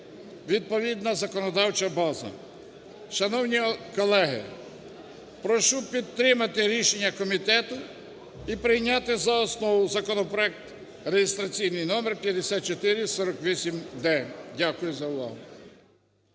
відповідна законодавча база. Шановні колеги, прошу підтримати рішення комітету і прийняти за основу законопроект реєстраційний номер 5448-д. Дякую за увагу.